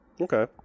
Okay